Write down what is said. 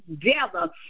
together